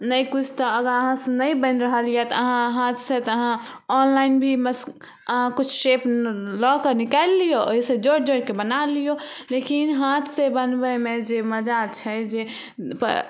नहि किछु तऽ अगर अहाँसँ नहि बनि रहल यऽ हाथसँ तऽ अहाँ ऑनलाइन भी मश कुछ शेप लऽ कऽ निकालि लियौ ओइसँ जोड़ि जोड़िके बना लियौ लेकिन हाथसँ बनबयमे जे मजा छै जे